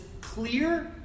clear